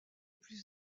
plus